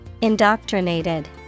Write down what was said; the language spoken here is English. Indoctrinated